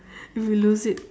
we will loose it